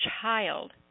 child